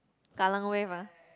kallang Wave ah